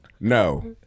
no